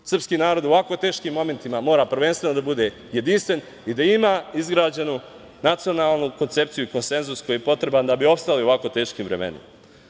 Srpski narod u ovako teškim momentima mora prvenstveno da bude jedinstven i da ima izgrađenu nacionalnu koncepciju i konsenzus koji je potreban da bi opstali u ovako teškim vremenima.